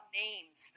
names